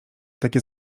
takie